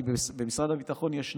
כי במשרד הביטחון יש שניים.